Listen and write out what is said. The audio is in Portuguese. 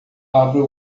abra